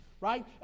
Right